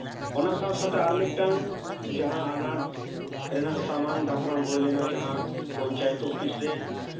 ᱚᱱᱟ ᱥᱟᱶᱼᱥᱟᱶᱛᱮ ᱟᱨ ᱢᱤᱫᱴᱟᱱ ᱡᱟᱦᱟᱸ ᱟᱱᱟᱴ ᱨᱮᱱᱟᱜ ᱥᱟᱢᱟᱝ ᱫᱟᱯᱨᱟᱢ ᱦᱩᱭ ᱞᱮᱱᱟ ᱡᱟᱦᱟᱸ ᱯᱚᱧᱪᱟᱭᱮᱛ ᱚᱯᱷᱤᱥ ᱨᱮ